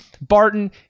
Barton